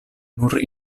nur